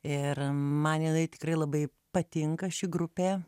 ir man jinai tikrai labai patinka ši grupė